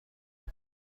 بود